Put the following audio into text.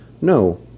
no